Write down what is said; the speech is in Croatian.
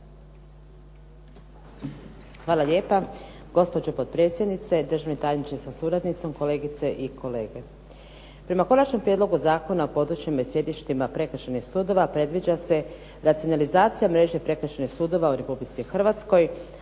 Hvala lijepa. Gospođo potpredsjednice, državni tajniče sa suradnicom, kolegice i kolege. Prema Konačnom prijedlogu Zakona o područjima i sjedištima prekršajnih sudova, predviđa se racionalizacija mreže prekršajnih sudova u Republici Hrvatskoj,